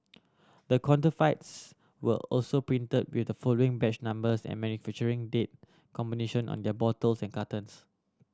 the counterfeits were also printed with the following batch numbers and manufacturing date combination on their bottles and cartons